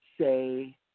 Say